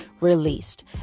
released